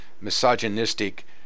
misogynistic